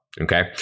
Okay